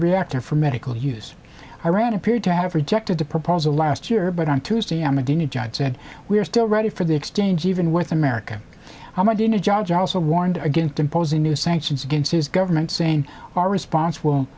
reactor for medical use iran appeared to have rejected the proposal last year but on tuesday i'm going to judge said we are still ready for the exchange even with america how much did a judge also warned against imposing new sanctions against his government saying our response will